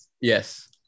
Yes